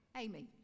amy